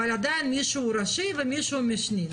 אבל עדיין יש מישהו שהוא ראשי ומישהו שהוא משני.